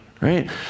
right